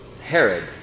Herod